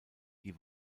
die